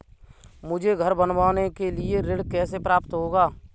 मुझे घर बनवाने के लिए ऋण कैसे प्राप्त होगा?